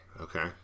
Okay